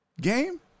game